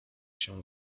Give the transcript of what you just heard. się